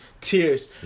tears